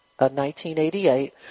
1988